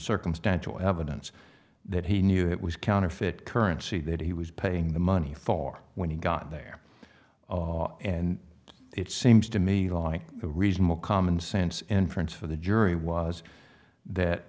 circumstantial evidence that he knew it was counterfeit currency that he was paying the money for when he got there and it seems to me like a reasonable common sense in france for the jury was that